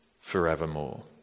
forevermore